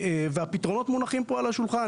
והפתרונות מונחים פה על השולחן.